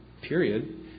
period